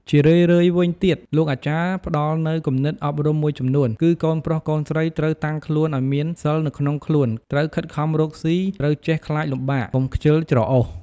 ជារឿយៗវិញទៀតលោកអាចារ្យផ្តល់នូវគំនិតអប់រំមួយចំនួន គឺកូនប្រុសកូនស្រីត្រូវតាំងខ្លួនឱ្យមានសីលនៅក្នុងខ្លួន ត្រូវខិតខំរកស៊ី ត្រូវចេះខ្លាចលំបាក កុំខ្ជិលច្រអូស។